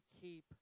keep